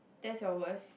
that's your worst